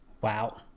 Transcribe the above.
Wow